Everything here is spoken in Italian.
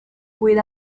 with